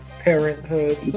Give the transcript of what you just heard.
parenthood